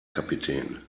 kapitän